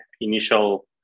initial